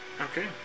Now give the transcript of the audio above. okay